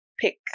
pick